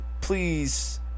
Please